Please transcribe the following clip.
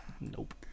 Nope